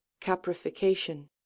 caprification